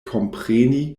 kompreni